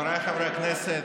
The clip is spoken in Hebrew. חבריי חברי הכנסת,